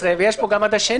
רשום פה עד ה-12 וגם עד ה-2.